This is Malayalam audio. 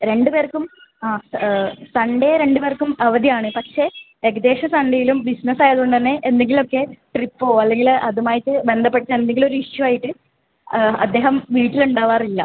രണ്ട് പേർക്കും ആ സൺഡേ രണ്ട് പേർക്കും അവധി ആണ് പക്ഷെ ഏകദേശ സൺഡേയിലും ബിസിനസ്സ് ആയതുകൊണ്ട് തന്നെ എന്തെങ്കിലും ഒക്കെ ട്രിപ്പോ അല്ലെങ്കില് അതും ആയിട്ട് ബന്ധപ്പെട്ട് എന്തെങ്കിലും ഒര് ഇഷ്യൂ ആയിട്ട് അദ്ദേഹം വീട്ടിൽ ഉണ്ടാകാറില്ല